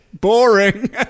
boring